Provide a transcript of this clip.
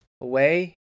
away